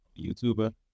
YouTuber